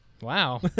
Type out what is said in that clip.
Wow